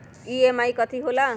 EMI की होला?